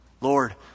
Lord